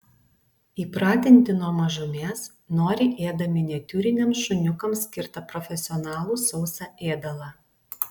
įpratinti nuo mažumės noriai ėda miniatiūriniams šuniukams skirtą profesionalų sausą ėdalą